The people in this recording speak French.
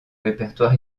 répertoire